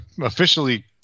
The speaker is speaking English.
Officially